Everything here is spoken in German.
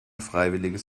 freiwilliges